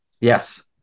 yes